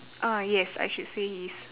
ah yes I should say he is